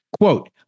Quote